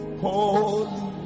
holy